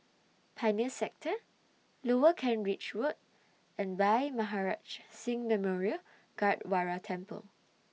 Pioneer Sector Lower Kent Ridge Road and Bhai Maharaj Singh Memorial Gurdwara Temple